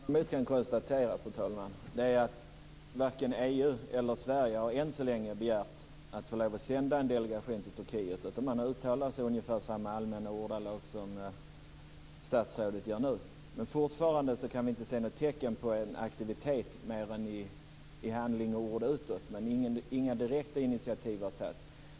Fru talman! Man kan konstatera att varken EU eller Sverige än så länge har begärt att få sända en delegation till Turkiet, utan man uttalar sig i ungefär samma allmänna ordalag som statsrådet gör nu. Men fortfarande kan vi inte se några tecken på en aktivitet mer än i ord. Men inga direkta initiativ har tagits.